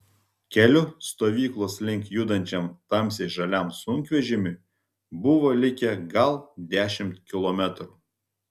keliu stovyklos link judančiam tamsiai žaliam sunkvežimiui buvo likę gal dešimt kilometrų